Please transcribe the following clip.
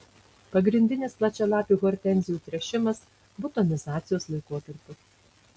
pagrindinis plačialapių hortenzijų tręšimas butonizacijos laikotarpiu